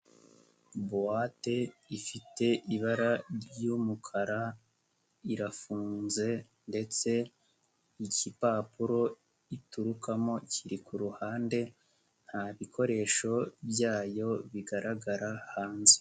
Buwate ifite ibara ry'umukara irafunze ndetse igipapuro iturukamo kiri ku ruhande nta bikoresho byayo bigaragara hanze.